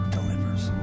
Delivers